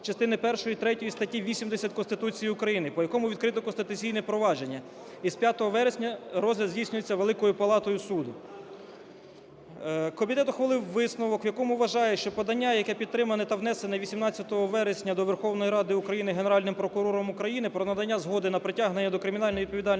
частини першої, третьої статті 80 Конституції України, по якому відкрито конституційне провадження і з 5 вересня розгляд здійснюється Великою палатою суду. Комітет ухвалив висновок, в якому вважає, що подання, яке підтримане та внесене 18 вересня до Верховної Ради України Генеральним прокурором України про надання згоди на притягнення до кримінальної відповідальності